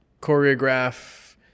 choreograph